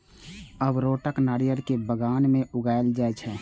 अखरोट नारियल के बगान मे उगाएल जाइ छै